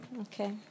Okay